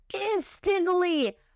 Instantly